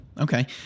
Okay